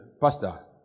Pastor